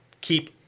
keep